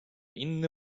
inny